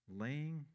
laying